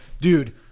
dude